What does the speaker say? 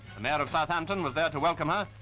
the mayor of southampton was there to welcome her,